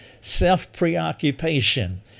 self-preoccupation